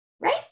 right